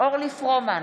אורלי פרומן,